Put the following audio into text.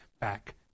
back